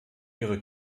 ihre